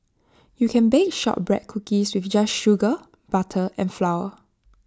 you can bake Shortbread Cookies just with sugar butter and flour